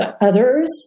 others